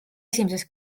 esimeses